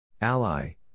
Ally